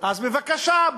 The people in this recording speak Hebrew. אז בבקשה,